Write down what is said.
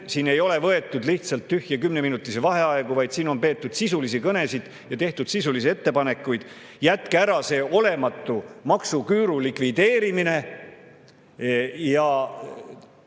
siin ei ole võetud lihtsalt tühje kümneminutilise vaheaegu, vaid on peetud sisulisi kõnesid ja tehtud sisulisi ettepanekuid. Jätke ära see olematu maksuküüru likvideerimine ja